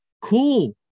cool